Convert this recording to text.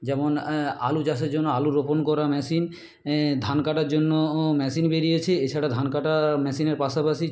যেমন আলু চাষের জন্য আলু রোপণ করার মেশিন ধান কাটার জন্য মেশিন বেরিয়েছে এছাড়া ধান কাটা ম্যাশিনের পাশাপাশি